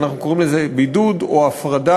אנחנו קוראים לזה בידוד או הפרדה,